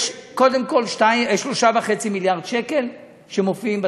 קודם כול, יש 3.5 מיליארד שקל שמופיעים בתקציב.